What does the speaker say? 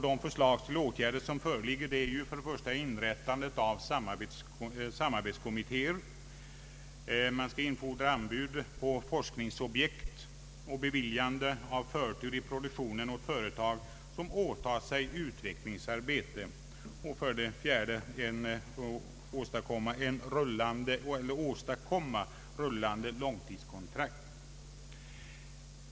De åtgärder som föreslås är för det första inrättandet av samarbetskommittéer, för det andra infordrande av anbud på forskningsobjekt, för det tredje beviljande av förtur i produktionen åt företag som åtar sig utvecklingsarbete och för det fjärde ruliande långtidskontrakt.